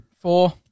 Four